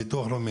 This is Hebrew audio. ביטוח לאומי,